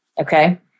Okay